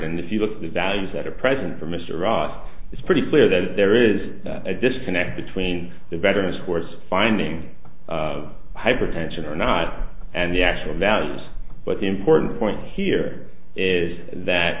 and if you look at the values that are present for mr ross it's pretty clear that there is a disconnect between the veteran scores finding hypertension or not and the actual values but the important point here is